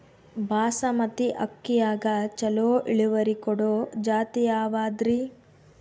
ಬಾಸಮತಿ ಅಕ್ಕಿಯಾಗ ಚಲೋ ಇಳುವರಿ ಕೊಡೊ ಜಾತಿ ಯಾವಾದ್ರಿ?